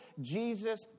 Jesus